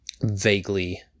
vaguely